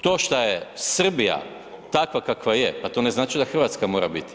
To što je Srbija takva kakva je, pa to ne znači da Hrvatska moramo biti.